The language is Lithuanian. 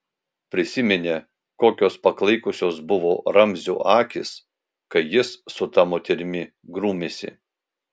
prisiminė kokios paklaikusios buvo ramzio akys kai jis su ta moterimi grūmėsi